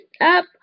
up